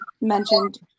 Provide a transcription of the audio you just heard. mentioned